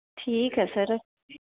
ਠੀਕ ਹੈ ਸਰ